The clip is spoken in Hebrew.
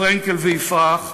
פרנקל ויפרח,